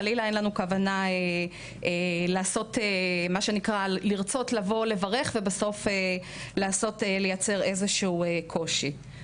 אין לנו כוונה חלילה לרצות לבוא לברך ובסוף לייצר איזשהו קושי.